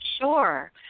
Sure